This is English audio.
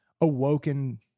awoken